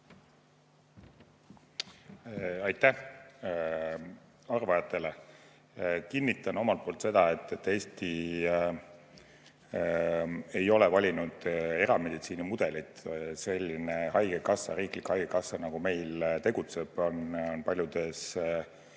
Aitäh arvajatele! Kinnitan omalt poolt, et Eesti ei ole valinud erameditsiini mudelit. Selline riiklik haigekassa, nagu meil tegutseb, on paljudele